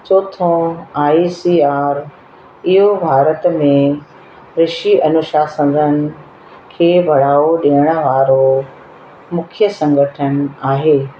चौथों I C R इहो भारत में कृषि अनुसंसाधन खे बढ़ावो ॾियण वारो मुख्य संगठन आहे